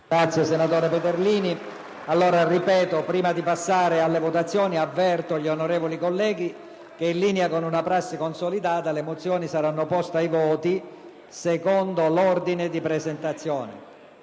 link apre una nuova finestra"). Prima di procedere alle votazioni, avverto gli onorevoli colleghi che, in linea con una prassi consolidata, le mozioni saranno poste ai voti secondo l'ordine di presentazione.